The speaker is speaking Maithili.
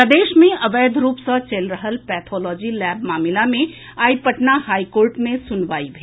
प्रदेश मे अवैध रूप सँ चलि रहल पैथोलॉजी लैब मामिला मे आइ पटना हाईकोर्ट मे सुनवाई भेल